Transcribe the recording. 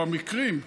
או המקרים,